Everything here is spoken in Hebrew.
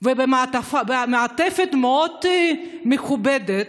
ובמעטפת מאוד מכובדת,